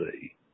see